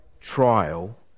trial